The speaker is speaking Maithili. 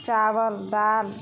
चावल दाल